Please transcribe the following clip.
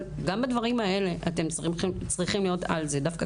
אבל גם בדברים האלה אתם צריכים להיות על זה דווקא